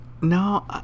no